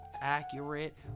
accurate